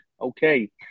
Okay